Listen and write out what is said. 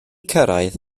cyrraedd